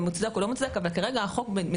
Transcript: מוצדק או לא מוצדק אבל כרגע מדינת